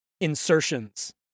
insertions